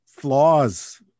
flaws